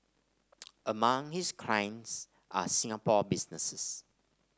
among his clients are Singapore businesses